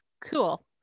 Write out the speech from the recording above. Cool